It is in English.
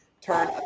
Turn